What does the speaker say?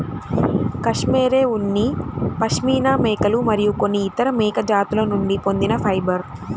cashmere ఉన్ని పాష్మినా మేకలు మరియు కొన్ని ఇతర మేక జాతుల నుండి పొందిన ఫైబర్